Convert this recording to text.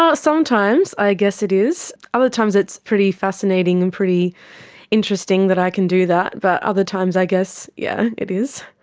um sometimes i guess it is. other times it's pretty fascinating and pretty interesting that i can do that, but other times i guess, yes, yeah it is.